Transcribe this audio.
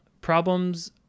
Problems